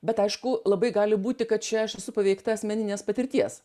bet aišku labai gali būti kad čia aš esu paveikta asmeninės patirties